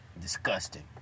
Disgusting